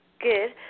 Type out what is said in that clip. Good